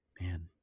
Man